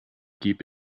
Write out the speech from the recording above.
keep